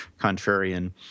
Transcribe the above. contrarian